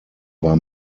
war